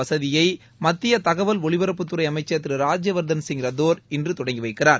வசதியை மத்திய தகவல் ஒலிபரப்புத்துறை அமைச்ச் திரு ராஜ்ய வர்தன் சிங் ரத்தோர் இன்று தொடங்கி வைக்கிறார்